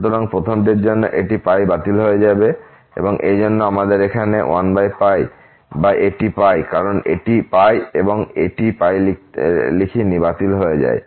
সুতরাং প্রথমটির জন্য এটি বাতিল হয়ে যাবে এবং এজন্যই আমরা এখানে 1 বা এটি কারণ এটি এবং এটি লিখিনি বাতিল হয়ে যায়